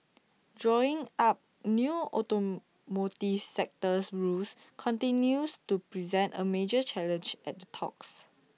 drawing up new automotive sectors rules continues to present A major challenge at the talks